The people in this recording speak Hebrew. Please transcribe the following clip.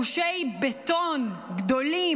גושי בטון גדולים,